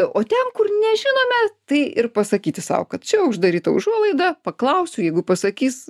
o ten kur nežinome tai ir pasakyti sau kad čia uždaryta užuolaida paklausiu jeigu pasakys